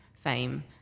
fame